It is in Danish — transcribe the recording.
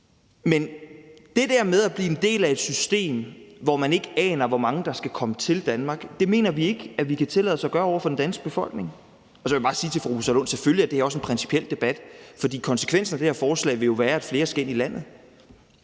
Men det der med at blive en del af et system, hvor man ikke aner, hvor mange der skal komme til Danmark, mener vi ikke at vi kan tillade os at gøre over for den danske befolkning. Og så vil jeg sige til fru Rosa Lund, at selvfølgelig er det her også en principiel debat, for konsekvensen af det her forslag vil jo være, at flere skal ind i landet.